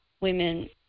Women